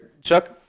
Chuck